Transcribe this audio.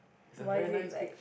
why is it like